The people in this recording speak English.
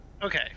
Okay